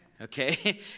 Okay